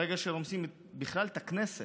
ברגע שרומסים בכלל את הכנסת,